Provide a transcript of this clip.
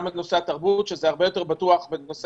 על תחום התרבות שזה הרבה יותר בטוח מהקניונים.